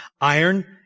iron